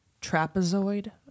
trapezoid